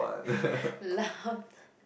laughed